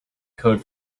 code